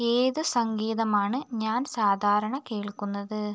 ഏത് സംഗീതമാണ് ഞാൻ സാധാരണ കേൾക്കുന്നത്